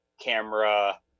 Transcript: camera